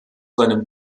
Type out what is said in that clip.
seinem